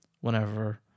whenever